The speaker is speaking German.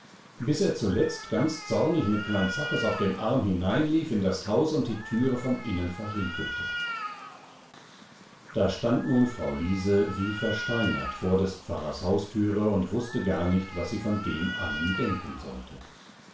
bis er zuletzt ganz zornig mit klein zaches auf dem arm hineinlief in das haus und die türe von innen verriegelte da stand nun frau liese wie versteinert vor des pfarrers haustüre und wußte gar nicht was sie von dem allem denken sollte